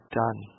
done